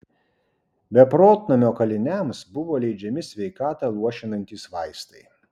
beprotnamio kaliniams buvo leidžiami sveikatą luošinantys vaistai